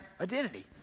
identity